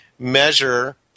measure